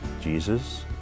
Jesus